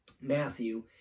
Matthew